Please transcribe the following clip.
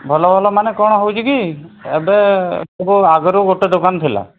ଭଲ ଭଲ ମାନେ କ'ଣ ହେଉଛି କି ଏବେ ସଵୁ ଆଗରୁ ଗୋଟେ ଦୋକାନ ଥିଲା